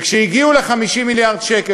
וכשהגיעו ל-50 מיליארד שקל,